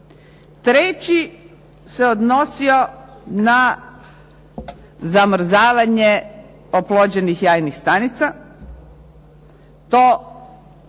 Treći se odnosio na zamrzavanje oplođenih jajnih stanica. To nije